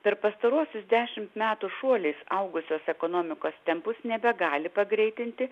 per pastaruosius dešimt metų šuoliais augusios ekonomikos tempus nebegali pagreitinti